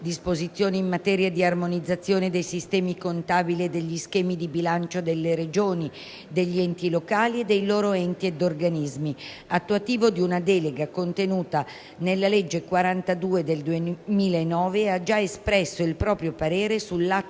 ("disposizioni in materia di armonizzazione dei sistemi contabili e degli schemi di bilancio delle Regioni, degli enti locali e dei loro enti ed organismi"), attuativo di una delega contenuta nella legge n. 42 del 2009, e ha già espresso il proprio parere sull'atto